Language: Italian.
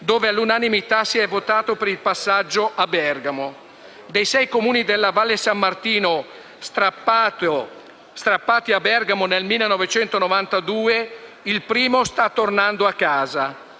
dove all'unanimità si è votato per il passaggio a Bergamo. Dei sei comuni della Valle San Martino strappati a Bergamo nel 1992, il primo sta tornando a casa.